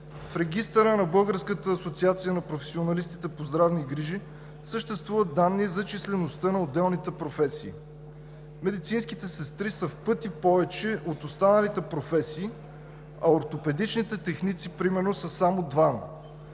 В Регистъра на Българската асоциация на професионалистите по здравни грижи съществуват данни за числеността на отделните професии. Медицинските сестри са в пъти повече от останалите професии, а ортопедичните техници примерно са само двама.